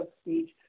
speech